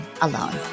alone